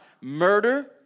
murder